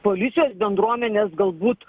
policijos bendruomenės galbūt